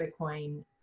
Bitcoin